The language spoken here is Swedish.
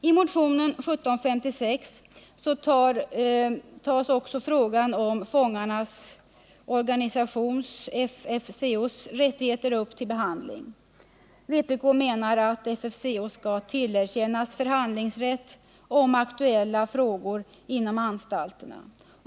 I motionen 1756 tas också frågan om fångarnas organisations — FFCO — rättigheter upp till behandling. Vpk menar att FFCO skall tillerkännas förhandlingsrätt om aktuella frågor inom anstalterna.